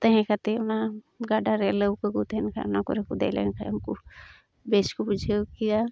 ᱛᱟᱦᱮᱸ ᱠᱟᱛᱮ ᱚᱱᱟ ᱜᱟᱰᱟ ᱨᱮ ᱞᱟᱣᱠᱟᱹ ᱠᱚ ᱛᱟᱦᱮᱱ ᱠᱷᱟᱡ ᱚᱱᱟ ᱠᱚᱨᱮ ᱠᱚ ᱫᱮᱡ ᱞᱮᱱᱠᱷᱟᱡ ᱩᱱᱠᱩ ᱵᱮᱥ ᱠᱚ ᱵᱩᱡᱷᱟᱹᱣ ᱠᱮᱭᱟ